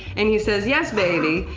and he says, yes, baby,